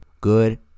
good